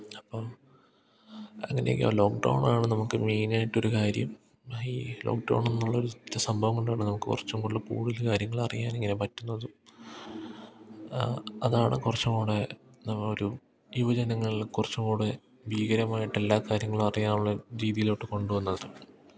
അപ്പോള് അങ്ങനെയൊക്കെയാണ് ലോക്ക്ഡൗണാണ് നമുക്ക് മെയിനായിട്ട് ഒരു കാര്യം ഈ ലോക്ക്ഡൗൺ എന്നുള്ള ഒരു സംഭവം കൊണ്ടാണ് നമുക്ക് കുറച്ചും കൂടി കൂടുതൽ കാര്യങ്ങൾ അറിയാൻ ഇങ്ങനെ പറ്റുന്നതും അതാണ് കുറച്ചുംകൂടെ ഒരു യുവജനങ്ങളിൽ കുറച്ചുംകൂടെ ഭീകരമായിട്ട് എല്ലാ കാര്യങ്ങളും അറിയാനുള്ള രീതിയിലോട്ടു കൊണ്ടു വന്നത്